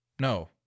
No